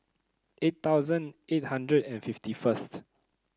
eight thousand eight hundred and fifty first